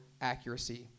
accuracy